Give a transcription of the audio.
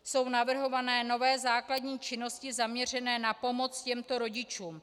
Jsou navrhované nové základní činnosti zaměřené na pomoc těmto rodičům.